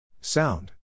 Sound